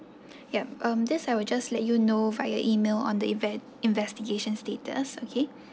yup um this I will just let you know via email on the inves~ investigation status okay